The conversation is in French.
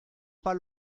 pas